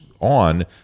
on